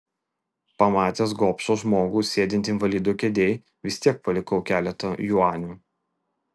pamatęs gobšą žmogų sėdintį invalido kėdėj vis tiek palikau keletą juanių